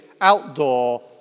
outdoor